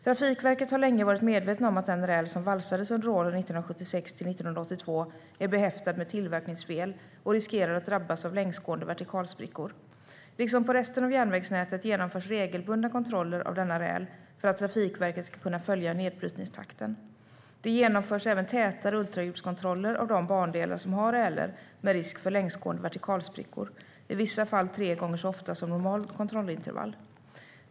Trafikverket har länge varit medvetet om att den räl som valsades under åren 1976-1982 är behäftad med tillverkningsfel och riskerar att drabbas av längsgående vertikalsprickor. Liksom på resten av järnvägsnätet genomförs regelbundna kontroller av denna räl för att Trafikverket ska kunna följa nedbrytningstakten. Det genomförs även tätare ultraljudskontroller av de bandelar som har räler med risk för längsgående vertikalsprickor, i vissa fall tre gånger så ofta som normalt kontrollintervall.